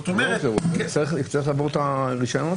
הוא יצטרך לעבור את הרישיון.